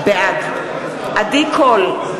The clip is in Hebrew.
בעד עדי קול,